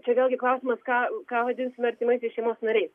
čia vėlgi klausimas ką ką vadinsim artimaisiais šeimos nariais